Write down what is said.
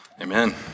Amen